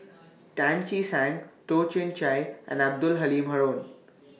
Tan Che Sang Toh Chin Chye and Abdul Halim Haron